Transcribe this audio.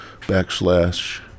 backslash